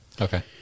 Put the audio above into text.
Okay